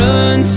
Run